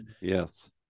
Yes